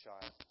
child